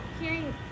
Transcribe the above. hearing